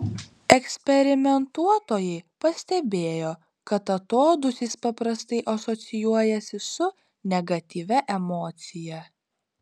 eksperimentuotojai pastebėjo kad atodūsis paprastai asocijuojasi su negatyvia emocija